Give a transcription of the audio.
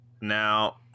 Now